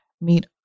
meet